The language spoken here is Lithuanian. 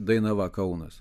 dainava kaunas